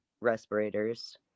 respirators